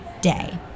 day